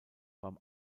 beim